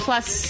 Plus